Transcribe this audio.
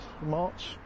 March